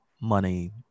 money